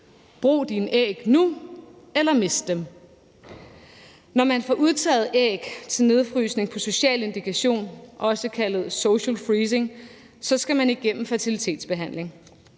Brug dine æg nu, eller mist dem. Når man får udtaget æg til nedfrysning på social indikation, også kaldet social freezing, skal man igennem fertilitetsbehandling,